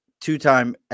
two-time